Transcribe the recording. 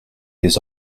des